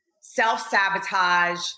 self-sabotage